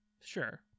Sure